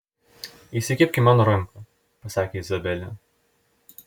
įsikibk į mano ranką pasakė izabelė